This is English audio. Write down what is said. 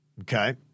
Okay